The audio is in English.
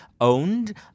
owned